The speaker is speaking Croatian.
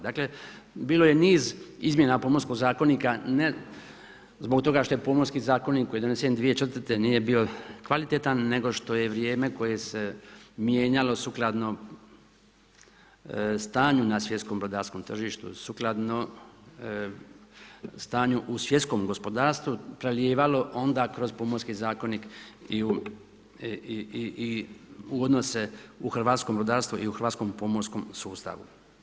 Dakle bilo je niz izmjena Pomorskog zakonika, ne zbog toga što je Pomorski zakonik koji je donesen 2004. nije bio kvalitetan nego što je vrijeme koje se mijenjalo sukladno stanju na svjetskom brodarskom tržištu, sukladno stanju u svjetskom gospodarstvu prelijevalo onda kroz Pomorski zakonik i u odnose u hrvatskom brodarstvu i u hrvatskom pomorskom sustavu.